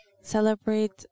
Celebrate